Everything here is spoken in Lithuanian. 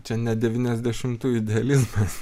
čia ne devyniasdešimtųjų idealizmas